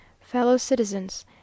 fellow-citizens